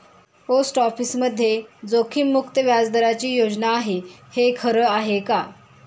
Post ऑफिसमध्ये जोखीममुक्त व्याजदराची योजना आहे, हे खरं आहे का?